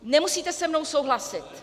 Nemusíte se mnou souhlasit.